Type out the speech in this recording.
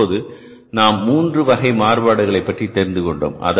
இப்போது நாம் மூன்று வகை மாறுபாடுகளை பற்றி தெரிந்து கொண்டோம்